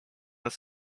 над